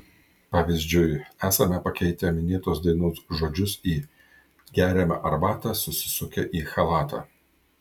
pavyzdžiui esame pakeitę minėtos dainos žodžius į geriame arbatą susisukę į chalatą